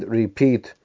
repeat